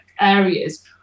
Areas